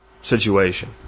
situation